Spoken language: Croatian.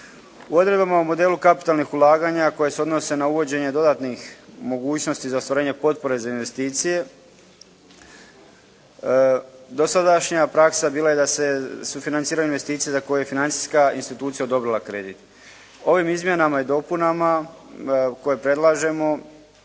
U odredbama u modelu kapitalnih ulaganja koja se odnose na uvođenje dodatnih mogućnosti za ostvarenje potpore za investicije, dosadašnja praksa bila je da se sufinanciraju investicije za koje je financijska institucija odobrila kredit. Ovim izmjenama i dopunama koje predlažemo